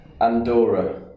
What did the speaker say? Andorra